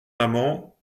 amant